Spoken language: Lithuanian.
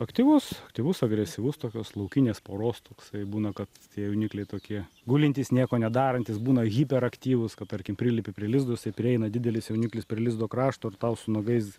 aktyvus aktyvus agresyvus tokios laukinės poros toksai būna kad tie jaunikliai tokie gulintys nieko nedarantys būna hiperaktyvūs kad tarkim prilipi prie lizdo prieina didelis jauniklis prie lizdo krašto ir tau su nuogais